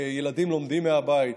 וילדים לומדים מהבית.